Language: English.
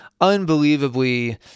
unbelievably